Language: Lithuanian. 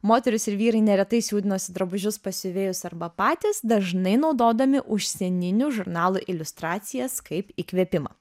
moterys ir vyrai neretai siūdinosi drabužius pas siuvėjus arba patys dažnai naudodami užsieninių žurnalų iliustracijas kaip įkvėpimą